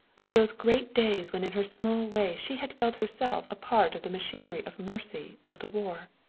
of those great days when in her small way she had felt herself a part of the machinery of mercy of the war.